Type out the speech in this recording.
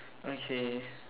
okay